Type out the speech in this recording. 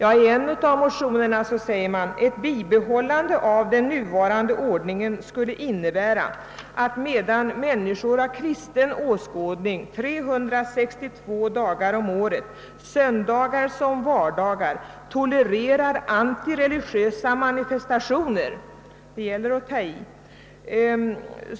I en av motionerna heter det: »Ett bibehållande av den nuvarande ordningen skulle innebära att medan människor av kristen åskådning 362 dagar om året — söndagar som vardagar — tolererar antireligiösa manifestationer» — det gäller att ta i!